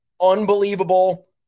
unbelievable